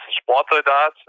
Sportsoldat